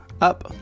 up